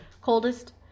Coldest